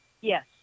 Yes